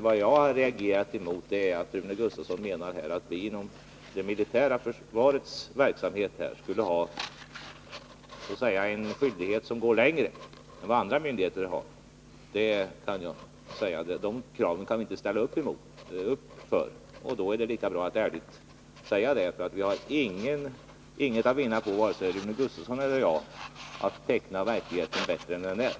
Vad jag reagerar mot är att Rune Gustavsson menar att vi inom det militära försvarets verksamhetsområde skulle ha större skyldighet att gå längre än vad man har inom andra myndigheters verksamhetsområden. Det kravet kan vi inte ställa upp för, och då är det lika bra att ärligt säga det. Varken Rune Gustavsson eller jag har något att vinna på att teckna verkligheten bättre än den är.